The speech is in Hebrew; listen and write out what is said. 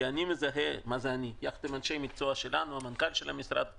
כי אני יחד עם אנשי המקצוע שלנו והמנכ"ל של המשרד,